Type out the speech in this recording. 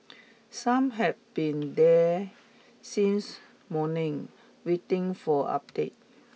some had been there since morning waiting for updates